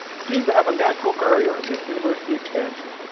seemed to have a natural barrier against university expansion.